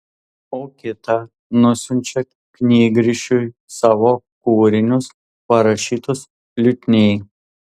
o kitą nusiunčia knygrišiui savo kūrinius parašytus liutniai